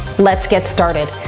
let's get started.